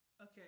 Okay